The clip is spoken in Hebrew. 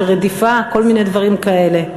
של רדיפה וכל מיני דברים כאלה.